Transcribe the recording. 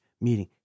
meeting